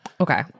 Okay